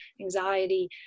anxiety